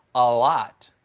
a lot.